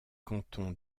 cantons